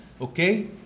Okay